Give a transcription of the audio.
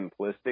simplistic